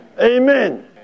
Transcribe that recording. Amen